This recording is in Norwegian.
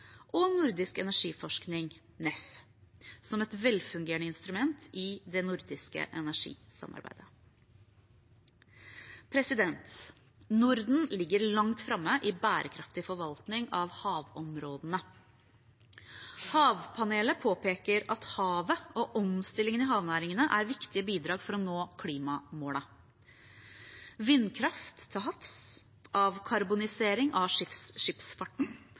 og Nordisk Energiforskning, NEF, som et velfungerende instrument i det nordiske energisamarbeidet. Norden ligger langt framme i bærekraftig forvaltning av havområdene. Havpanelet påpeker at havet og omstillingen i havnæringene er viktige bidrag for å nå klimamålene. Vindkraft til havs, avkarbonisering av skipsfarten,